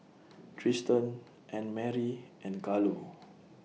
Triston Annmarie and Carlo